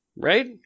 right